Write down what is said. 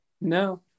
No